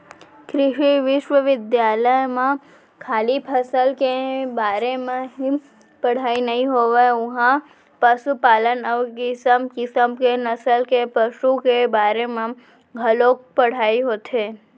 कृषि बिस्वबिद्यालय म खाली फसल के बारे म ही पड़हई नइ होवय उहॉं पसुपालन अउ किसम किसम के नसल के पसु के बारे म घलौ पढ़ाई होथे